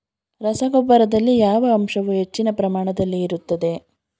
ರಸಗೊಬ್ಬರದಲ್ಲಿ ಯಾವ ಅಂಶವು ಹೆಚ್ಚಿನ ಪ್ರಮಾಣದಲ್ಲಿ ಇರುತ್ತದೆ?